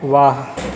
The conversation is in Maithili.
वाह